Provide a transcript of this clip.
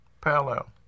parallel